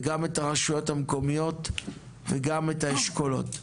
וגם את הרשויות המקומיות וגם את האשכולות.